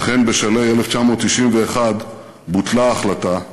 ואכן, בשלהי 1991 בוטלה ההחלטה,